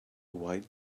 white